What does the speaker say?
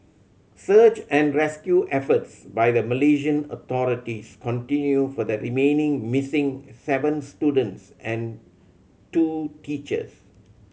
search and rescue efforts by the Malaysian authorities continue for the remaining missing seven students and two teachers